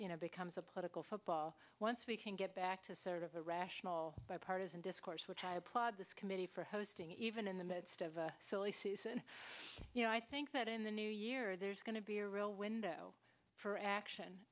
you know becomes a political football once we can get back to sort of a rational bipartisan discourse which i applaud this committee for hosting even in the midst of a silly season you know i think that in the new year there's going to be a real window for action